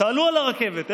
תעלו על הרכבת,